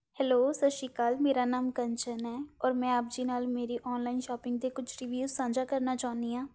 hello ਸਤਿ ਸ਼੍ਰੀ ਅਕਾਲ ਮੇਰਾ ਨਾਮ ਕੰਚਨ ਹੈ ਔਰ ਮੈਂ ਆਪ ਜੀ ਨਾਲ ਮੇਰੀ ਔਨਲਾਈਨ ਸ਼ੋਪਿੰਗ 'ਤੇ ਕੁਝ ਰਿਵਿਊ ਸਾਂਝਾ ਕਰਨਾ ਚਾਹੁੰਦੀ ਹਾਂ